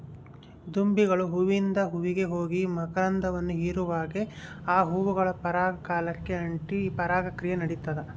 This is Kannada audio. ದುಂಬಿಗಳು ಹೂವಿಂದ ಹೂವಿಗೆ ಹೋಗಿ ಮಕರಂದವನ್ನು ಹೀರುವಾಗೆ ಆ ಹೂಗಳ ಪರಾಗ ಕಾಲಿಗೆ ಅಂಟಿ ಪರಾಗ ಕ್ರಿಯೆ ನಡಿತದ